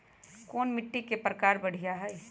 कोन मिट्टी के प्रकार बढ़िया हई?